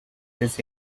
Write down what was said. this